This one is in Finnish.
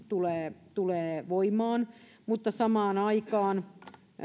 tulee tulee voimaan mutta samaan aikaan